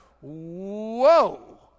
Whoa